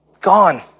gone